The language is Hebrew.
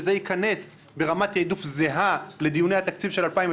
וזה ייכנס ברמת תעדוף זהה לדיוני התקציב של 2020?